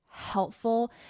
helpful